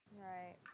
Right